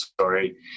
sorry